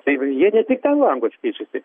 tai jie ne tik ten langus keičiasi